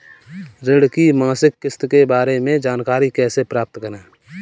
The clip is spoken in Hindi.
ऋण की मासिक किस्त के बारे में जानकारी कैसे प्राप्त करें?